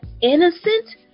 innocent